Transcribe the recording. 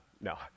No